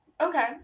Okay